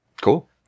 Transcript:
Cool